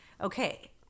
okay